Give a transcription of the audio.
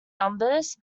numbers